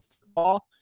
football